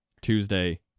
Tuesday